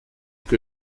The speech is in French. que